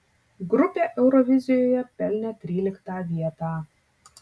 grupė eurovizijoje pelnė tryliktą vietą